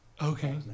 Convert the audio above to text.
Okay